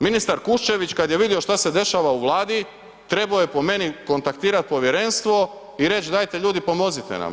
Ministar Kuščević kada je vidio što se dešava u Vladi trebao je po meni kontaktirati Povjerenstvo i reći – dajte ljudi pomozite nam.